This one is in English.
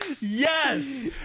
yes